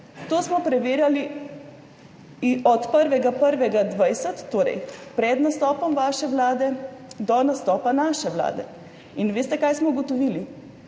To smo preverjali od 1. 1. 2020, torej pred nastopom vaše vlade do nastopa naše vlade. Veste, kaj smo ugotovili?